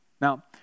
Now